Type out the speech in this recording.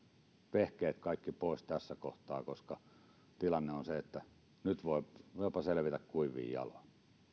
vehkeet kaikki pois tässä kohtaa koska tilanne on se että nyt voi jopa selvitä kuivin jaloin